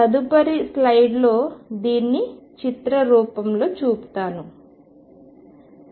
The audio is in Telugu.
తదుపరి స్లయిడ్లో దీన్ని చిత్రరూపంలో చూపుతాను